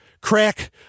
crack